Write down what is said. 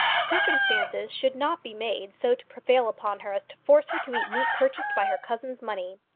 circumstances should not be made so to prevail upon her as to force her to eat meat purchased by her cousin's money.